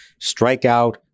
strikeout